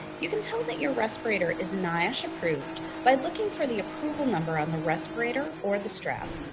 you can tell that your respirator is niosh-approved by looking for the approval number on the respirator or the strap.